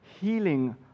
healing